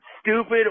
stupid